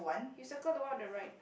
you circle the one on the right